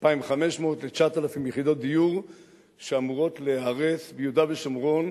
2,500 ל-9,000 יחידות דיור שאמורות להיהרס ביהודה ושומרון,